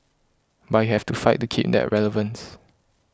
but you have to fight to keep that relevance